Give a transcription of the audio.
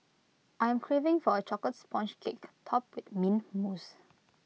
I am craving for A Chocolate Sponge Cake Topped with Mint Mousse